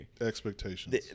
expectations